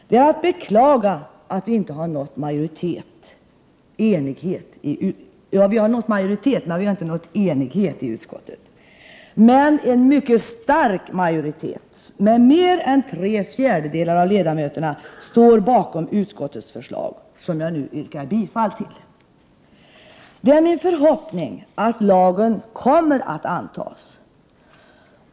Det är att beklaga att vi inte nått enighet i utskottet, men en mycket stark majoritet med mer än tre fjärdedelar av ledamöterna står bakom utskottets förslag, som jag nu yrkar bifall till. Det är min förhoppning att lagen kommer att antas.